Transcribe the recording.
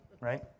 right